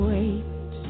Wait